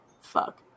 fuck